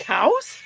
Cows